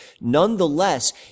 nonetheless